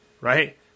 right